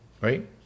right